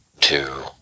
two